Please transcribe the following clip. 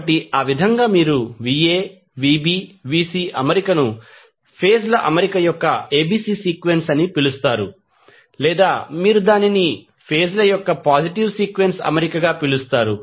కాబట్టి ఆ విధంగా మీరు Va Vb Vc అమరికను ఫేజ్ ల అమరిక యొక్క abc సీక్వెన్స్ అని పిలుస్తారు లేదా మీరు దానిని ఫేజ్ ల యొక్క పాజిటివ్ సీక్వెన్స్ అమరికగా పిలుస్తారు